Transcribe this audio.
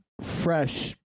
fresh